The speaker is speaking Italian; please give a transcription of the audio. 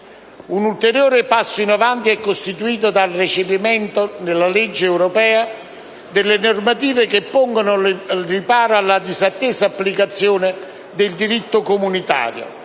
Un ulteriore passo avanti è costituito dal recepimento, nella legge europea, delle normative che pongono riparo alla disattesa applicazione del diritto comunitario,